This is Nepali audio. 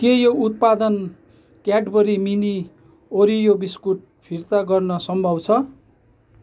के यो उत्पादन क्याडबरी मिनी ओरियो बिस्कुट फिर्ता गर्न सम्भव छ